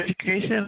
education